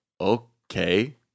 Okay